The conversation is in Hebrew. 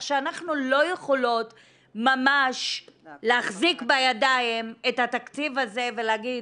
שאנחנו לא יכולות ממש להחזיק בידיים את התקציב הזה ולהגיד